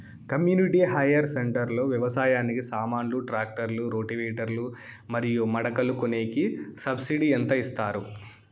community hire centre లో వ్యవసాయానికి సామాన్లు ట్రాక్టర్లు రోటివేటర్ లు మరియు మడకలు కొనేకి సబ్సిడి ఎంత ఇస్తారు